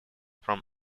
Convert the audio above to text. from